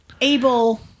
able